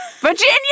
Virginia